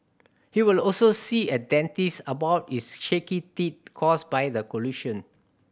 he will also see a dentist about his shaky teeth caused by the collision